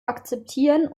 akzeptieren